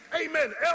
amen